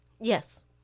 Yes